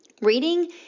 Reading